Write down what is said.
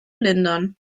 lindern